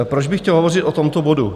Proč bych chtěl hovořit o tomto bodu?